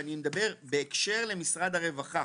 ואני מדבר בהקשר למשרד הרווחה.